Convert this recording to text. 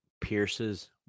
Pierce's